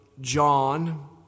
John